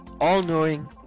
all-knowing